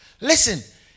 Listen